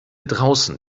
draußen